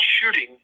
shooting